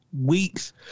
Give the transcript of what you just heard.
weeks